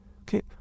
okay